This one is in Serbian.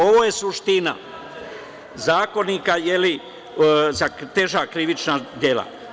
Ovo je suština zakonika za teža krivična dela.